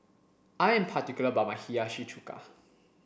I am particular about my Hiyashi Chuka